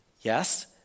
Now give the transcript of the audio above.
Yes